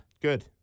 Good